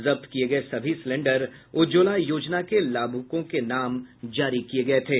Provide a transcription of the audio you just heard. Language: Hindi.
जब्त किये गये सभी सिलेंडर उज्ज्वला योजना के लाभुकों के नाम जारी किये गये थे